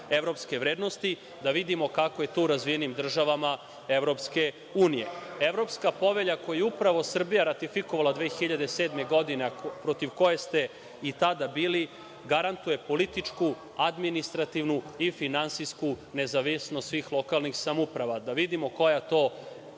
evropske vrednosti, da vidimo kako je to u razvijenim državama EU. Evropska povelja koju je upravo Srbija ratifikovala 2007. godine, a protiv koje ste i tada bili, garantuje političku, administrativnu i finansijsku nezavisnost svih lokalnih samouprava. Da vidimo koja to